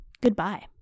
goodbye